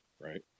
right